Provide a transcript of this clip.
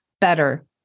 better